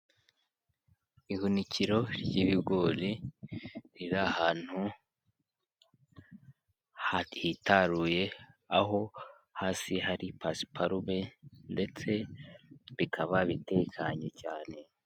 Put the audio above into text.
Ihunikiro ry'ibigori, riri ahantu, ha hitaruye aho hasi hari pasiparume ndetse bikaba bitekanye cyane.